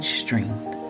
strength